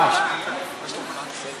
לאו דווקא,